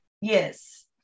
Yes